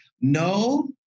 no